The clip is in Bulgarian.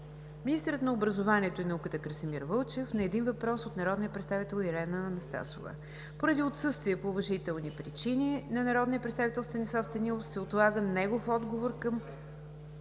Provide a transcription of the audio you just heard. министърът на образованието и науката Красимир Вълчев на един въпрос от народния представител Ирена Анастасова. Поради отсъствие по уважителни причини на народния представител Станислав Станилов се отлага отговор към